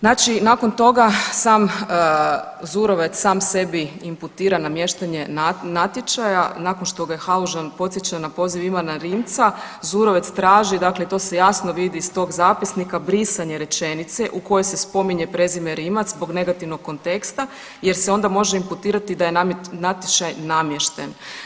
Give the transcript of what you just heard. Znači nakon toga sam Zurovec sam sebi imputira namještanje natječaja, nakon što ga Halužan podsjeća na poziv Ivana Rimca, Zurovec traži dakle i to se jasno vidi iz tog zapisnika, brisanje rečenice u kojoj se spominje prezime Rimac zbog negativnog konteksta jer se onda može imputirati da je natječaj namješten.